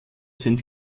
sind